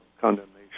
condemnation